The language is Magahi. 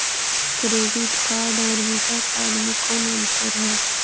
क्रेडिट कार्ड और वीसा कार्ड मे कौन अन्तर है?